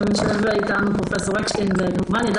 גם יושב איתנו פרופ' אקשטיין שכמובן יידע